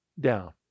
down